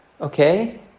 Okay